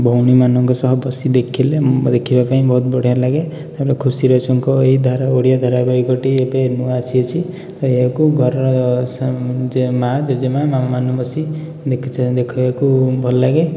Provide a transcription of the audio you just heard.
ଭଉଣୀମାନଙ୍କ ସହ ବସି ଦେଖିଲେ ଦେଖିବା ପାଇଁ ବହୁତ ବଢ଼ିଆ ଲାଗେ ତା'ପରେ ଖୁସିରଛୁଙ୍କ ଏହି ଧାରା ଓଡ଼ିଆ ଧାରାବାହିକଟି ଏବେ ନୂଆ ଆସିଅଛି ତ ଏହାକୁ ଘରର ସା ମାଆ ଜେଜେମା ମାମାମାନେ ବସି ଦେଖୁଛ ଦେଖିବାକୁ ଭଲଲାଗେ